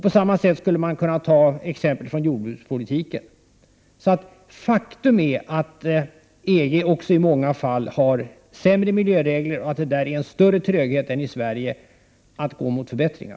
På samma sätt kan man ta exempel från jordbrukspolitikens område. Faktum är att EG också i många fall har sämre miljöregler och att det där förekommer en större tröghet än i Sverige när det gäller att åstadkomma förbättringar.